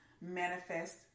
manifest